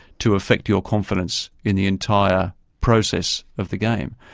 to affect your confidence in the entire process of the game.